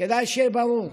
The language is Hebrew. כדאי שיהיה ברור: